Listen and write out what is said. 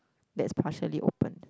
that's partially open